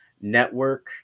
Network